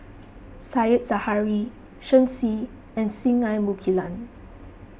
Said Zahari Shen Xi and Singai Mukilan